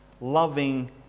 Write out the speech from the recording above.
loving